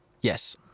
Yes